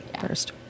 first